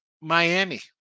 Miami